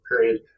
period